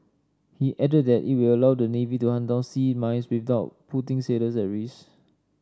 he added that it will allow the navy to hunt down sea mines without putting sailors at risk